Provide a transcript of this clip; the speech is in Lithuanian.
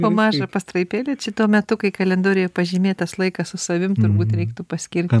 po mažą pastraipėlę čia tuo metu kai kalendoriuje pažymėtas laikas su savim turbūt reiktų paskirt